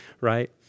right